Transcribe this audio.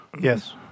Yes